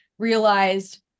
realized